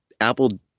apple